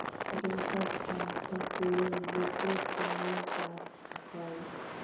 যে সব সংস্থা গুলো লোকের জন্য কাজ করে